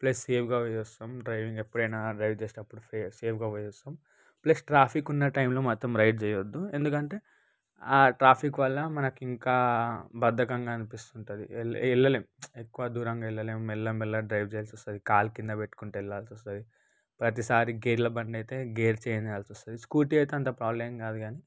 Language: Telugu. ప్లస్ సేఫ్గా పోయి వస్తాం డ్రైవింగ్ ఎప్పుడైనా డ్రైవ్ చేసేటప్పుడు సేఫ్గా పోయి వస్తాం ప్లస్ ట్రాఫిక్ ఉన్న టైంలో మాత్రం రైడ్ చేయొద్దు ఎందుకంటే ఆ ట్రాఫిక్ వల్ల మనకు ఇంకా బద్దకంగా అనిపిస్తుంటుంది వెళ్ళలేము ఎక్కువ దూరం వెళ్ళలేం మెల్లగ మెల్లగ డ్రైవ్ చేయాల్సి వస్తుంది కాలు కింద పెట్టుకుంటూ వెళ్ళాల్సి వస్తుంది ప్రతిసారి గేర్ల బండి అయితే గేర్ చేంజ్ చేయాల్సి వస్తుంది స్కూటీ అయితే అంత ప్రాబ్లం ఏం కాదు కానీ